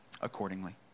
accordingly